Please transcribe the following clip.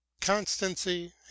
Constancy